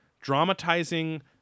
dramatizing –